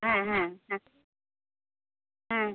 হ্যাঁ হ্যাঁ হ্যাঁ হ্যাঁ